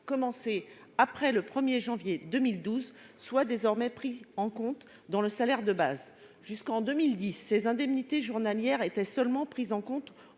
commencés après le 1 janvier 2012 fussent désormais prises en compte dans le salaire de base. Jusqu'en 2010, ces indemnités journalières étaient seulement prises en compte